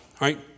right